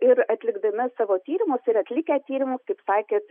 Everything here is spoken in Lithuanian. ir atlikdami savo tyrimus ir atlikę tyrimus kaip sakėt